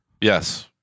Yes